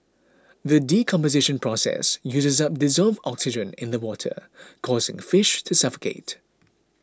the decomposition process uses up dissolved oxygen in the water causing fish to suffocate